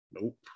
nope